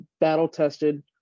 battle-tested